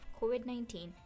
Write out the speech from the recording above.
COVID-19